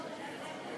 מגישת ההצעה,